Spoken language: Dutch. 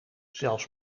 zelfs